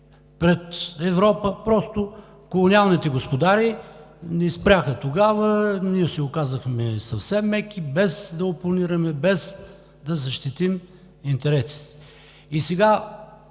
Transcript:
пред Европа. Колониалните господари ни спряха тогава. Ние се оказахме съвсем меки, без да опонираме, без да защитим интересите си. Сега